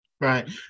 Right